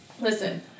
Listen